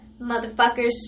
motherfuckers